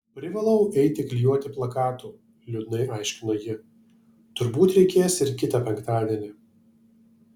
privalau eiti klijuoti plakatų liūdnai aiškino ji turbūt reikės ir kitą penktadienį